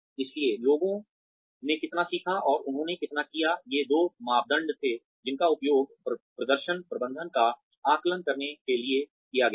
इसलिए लोगों ने कितना सीखा और उन्होंने कितना किया ये दो मापदंड थे जिनका उपयोग प्रदर्शन प्रबंधन का आकलन करने के लिए किया गया था